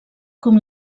com